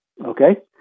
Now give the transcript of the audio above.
Okay